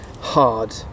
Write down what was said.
hard